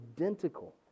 identical